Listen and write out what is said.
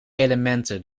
elementen